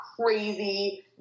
crazy